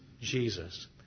Jesus